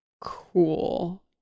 cool